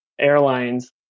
airlines